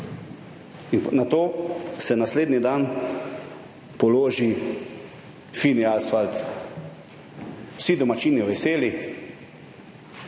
In nato se naslednji dan položi fini asfalt. Vsi domačini veseli,